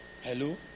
Hello